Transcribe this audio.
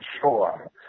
sure